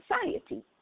society